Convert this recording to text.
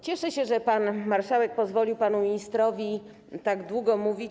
Cieszę się, że pan marszałek pozwolił panu ministrowi tak długo mówić.